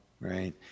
Right